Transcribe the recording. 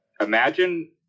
imagine